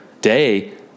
day